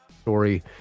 story